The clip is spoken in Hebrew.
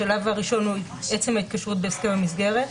השלב הראשון עצם ההתקשרות בהסכם המסגרת.